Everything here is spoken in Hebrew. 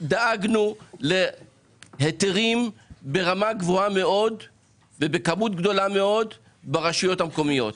דאגנו להיתרים ברמה גבוהה מאוד ובכמות גדולה מאוד ברשויות המקומיות.